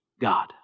God